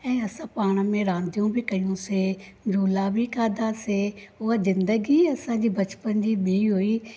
ऐं असां पाण में रांदियूं बि कयूंसीं झूला बि खाधासीं उहा ज़िंदगी असांजी बचपन जी ॿी हुई